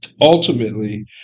ultimately